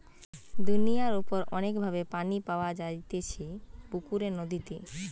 দুনিয়ার উপর অনেক ভাবে পানি পাওয়া যাইতেছে পুকুরে, নদীতে